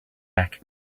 back